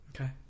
Okay